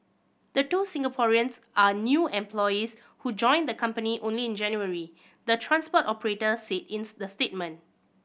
the two Singaporeans are new employees who joined the company only in January the transport operator said in the statement